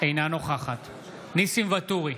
אינה נוכחת ניסים ואטורי,